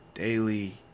Daily